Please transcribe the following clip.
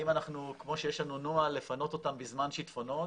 כמו שיש לנו נוהל לפנות אותם בזמן שיטפונות,